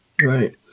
Right